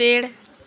पेड़